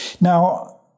Now